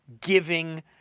giving